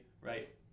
right